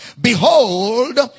Behold